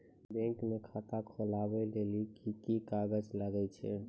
Bank म खाता खोलवाय लेली की की कागज लागै छै?